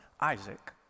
Isaac